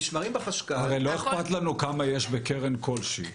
הרי לא אכפת לנו כמה יש בקרן כלשהי.